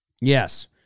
Yes